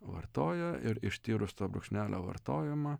vartojo ir ištyrus to brūkšnelio vartojimą